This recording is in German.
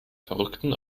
verrückten